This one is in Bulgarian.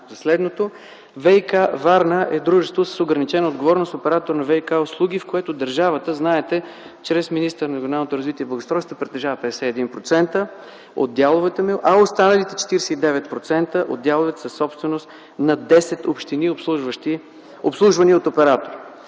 следното. ВиК-Варна е дружество с ограничена отговорност, оператор на ВиК-услуги, в което държавата, знаете, чрез министъра на регионалното развитие и благоустройството притежава 51% от дяловете му, а останалите 49% от дяловете са собственост на десет общини, обслужвани от оператор.